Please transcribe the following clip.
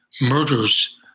murders